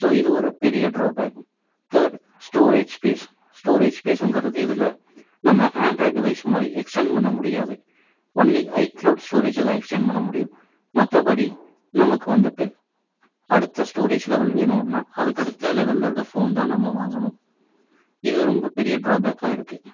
so இது ஒரு பெரிய drawback third storage space storage ஸ்பேஸுங்கிறது இதில் நம்ம ஆண்ட்ராய்ட் டிவைஸ் மாதிரி எக்ஸ்ட்ண்ட் பண்ண முடியாது ஒன்லி ஐக்ளௌட் ஸ்டோரேஜைதான் எக்ஸ்டண்ட் பண்ண முடியும் மற்றபடி நமக்கு வந்துட்டு அடுத்த ஸ்டோரேஜ் லெவல் வேணும்னா அதுக்கடுத்த லெவல்ல இருக்க ஃபோன் தான் நம்ம வாங்கணும் இது ரொம்ப பெரிய ட்ராபேக்காக இருக்குது